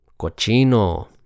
Cochino